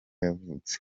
yavutse